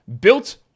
built